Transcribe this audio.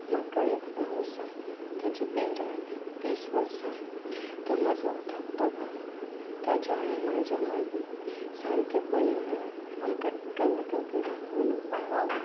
म्हाका एक भाव आसा ताची पिराय वीस वर्सां तो म्हजो धाकटो भाव ताच्या आनी म्हजे मदीं सारकेंपण म्हणल्यार आमकां एकामेकां कडेन उलोपाक आवडटा